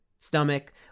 Stomach